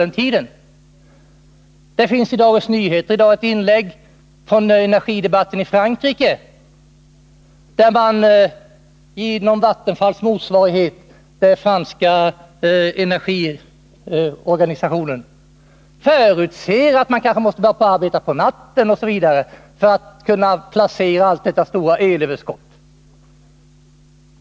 Det finns i dag i Dagens Nyheter ett inlägg om energidebatten i Frankrike. Där förutser den franska energiorganisationen, Vattenfalls motsvarighet, att vissa kanske måste börja arbeta på natten för att man all kunna placera hela det stora överskottet.